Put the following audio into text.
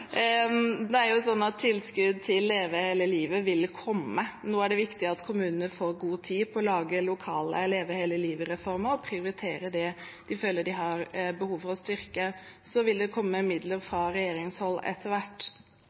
Tilskudd til «Leve hele livet» vil komme. Nå er det viktig at kommunene får god tid på å lage lokale «Leve hele livet»-reformer og prioritere det de føler de har behov for å styrke. Så vil det komme midler fra regjeringshold etter hvert.